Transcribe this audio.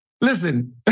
listen